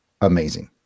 amazing